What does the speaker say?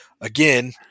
again